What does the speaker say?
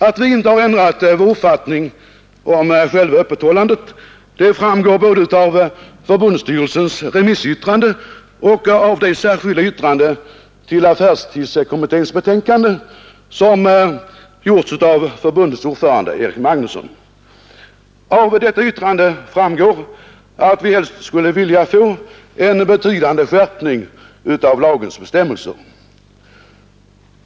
Att vi inte har ändrat vår uppfattning om själva öppethållandet framgår både av förbundsstyrelsens remissyttrande och av det särskilda yttrande tiil affärstidskommitténs betänkande som gjorts av förbundets ordförande Erik Magnusson. Av detta yttrande framgår att vi helst skulle vilja få en betydande skärpning av lagens bestämmelser.